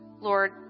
Lord